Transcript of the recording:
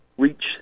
reach